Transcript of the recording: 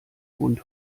bund